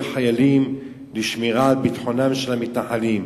חיילים לשמירה על ביטחונם של המתנחלים.